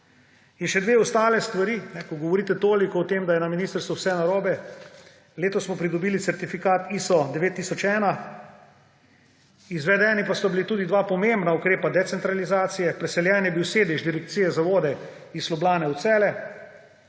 In še dve ostali stvari, ko govorite toliko o tem, da je na ministrstvu vse narobe. Letos smo pridobili certifikat ISO 9001. Izvedena pa sta bila tudi dva pomembna ukrepa decentralizacije. Preseljen je bil sedež Direkcije za vode iz Ljubljane v Celje